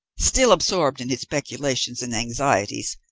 still absorbed in his speculations and anxieties,